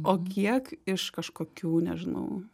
o kiek iš kažkokių nežinau